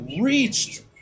reached